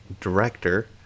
director